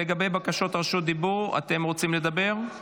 לגבי בקשות רשות דיבור, אתם רוצים לדבר?